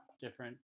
different